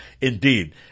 Indeed